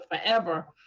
forever